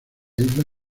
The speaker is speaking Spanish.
isla